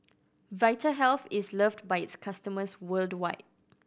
Vitahealth is loved by its customers worldwide